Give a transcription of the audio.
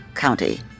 county